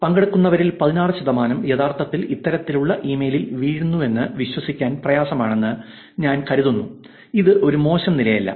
പങ്കെടുക്കുന്നവരിൽ 16 ശതമാനം യഥാർത്ഥത്തിൽ ഇത്തരത്തിലുള്ള ഇമെയിലിൽ വീണുവെന്ന് വിശ്വസിക്കാൻ പ്രയാസമാണെന്ന് ഞാൻ കരുതുന്നത് ഇത് ഒരു മോശം നിലയല്ല